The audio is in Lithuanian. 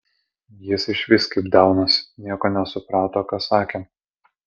jis išvis kaip daunas nieko nesuprato ką sakėm